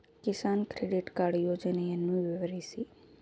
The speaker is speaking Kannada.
ಕಿಸಾನ್ ಕ್ರೆಡಿಟ್ ಕಾರ್ಡ್ ಯೋಜನೆಯನ್ನು ವಿವರಿಸಿ?